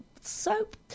soap